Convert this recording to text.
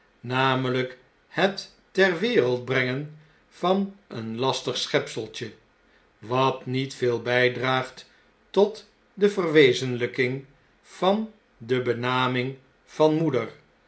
namelijk het ter wereld brengen van een lastig schepseltje wat niet veel djjdraagt tot de verwezenlping van de benaming van moeder